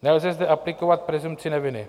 Nelze zde aplikovat presumpci neviny.